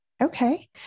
Okay